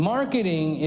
Marketing